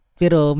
pero